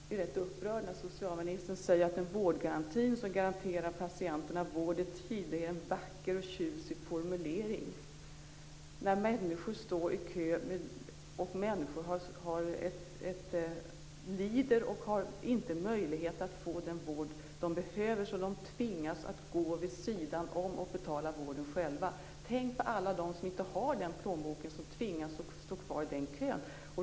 Fru talman! Jag blir upprörd när socialministern säger att en vårdgaranti som garanterar patienter vård i tid är en vacker och tjusig formulering. Människor står i kö, lider och har inte möjlighet att få den vård de behöver, så de tvingas att gå vid sidan om och betala vården själva. Tänk på alla de som inte har den plånboken och som tvingas att stå kvar i kön.